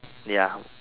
ya